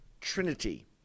Trinity